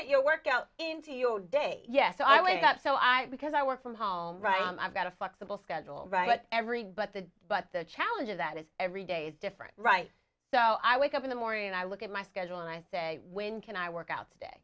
get your workout into your day yet so i wake up so i because i work from home right i've got a flexible schedule but every but the but the challenge of that is every day is different right so i wake up in the morning and i look at my schedule and i say when can i work out today